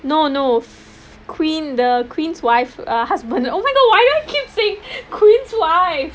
no no queen the queen's wife uh husband oh my god why do I keep saying queen's wife